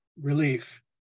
relief